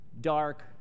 dark